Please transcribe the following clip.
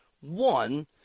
One